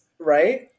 Right